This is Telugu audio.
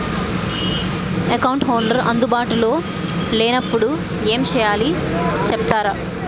అకౌంట్ హోల్డర్ అందు బాటులో లే నప్పుడు ఎం చేయాలి చెప్తారా?